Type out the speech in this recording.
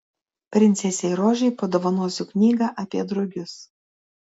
princesei rožei padovanosiu knygą apie drugius